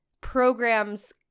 programs